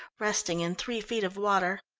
resting in three feet of water.